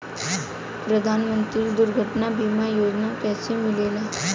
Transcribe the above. प्रधानमंत्री दुर्घटना बीमा योजना कैसे मिलेला?